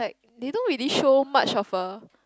they don't really show much of a